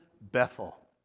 Bethel